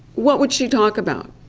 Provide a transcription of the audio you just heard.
what would she talk about?